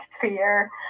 fear